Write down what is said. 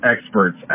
experts